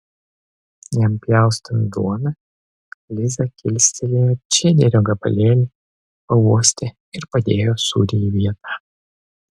jam pjaustant duoną liza kilstelėjo čederio gabalėlį pauostė ir padėjo sūrį į vietą